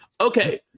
Okay